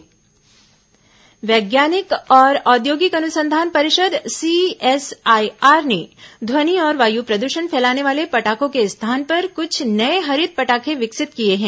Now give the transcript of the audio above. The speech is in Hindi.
हरित पटाखें वैज्ञानिक और औद्योगिक अनुसंधान परिषद सीएसआईआर ने ध्वनि और वायु प्रदूषण फैलाने वाले पटाखों के स्थान पर कुछ नए हरित पटाखें विकसित किए हैं